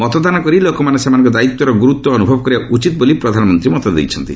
ମତଦାନ କରି ଲୋକମାନେ ସେମାନଙ୍କ ଦାୟିତ୍ୱର ଗୁରୁତ୍ୱ ଅନୁଭବ କରିବା ଉଚିତ୍ ବୋଲି ପ୍ରଧାନମନ୍ତ୍ରୀ ମତ ଦେଇଛନ୍ତି